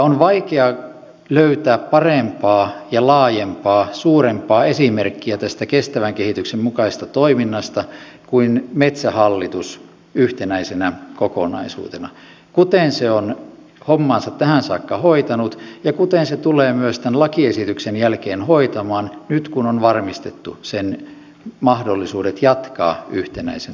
on vaikea löytää parempaa ja laajempaa suurempaa esimerkkiä tästä kestävän kehityksen mukaisesta toiminnasta kuin metsähallitus yhtenäisenä kokonaisuutena kuten se on hommansa tähän saakka hoitanut ja kuten se tulee myös tämän lakiesityksen jälkeen hoitamaan nyt kun on varmistettu sen mahdollisuudet jatkaa yhtenäisenä toimijana